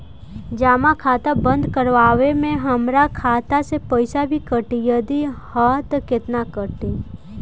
जमा खाता बंद करवावे मे हमरा खाता से पईसा भी कटी यदि हा त केतना कटी?